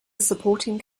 supporting